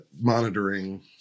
monitoring